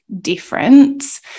difference